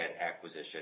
acquisition